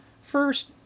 First